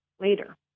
later